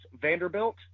Vanderbilt